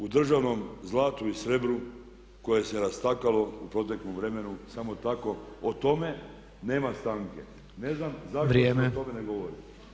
U državnom zlatu i srebru koje se rastakalo u proteklom vremenu samo tako o tome, nema stanke, ne znam zašto se o tome ne govori.